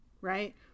right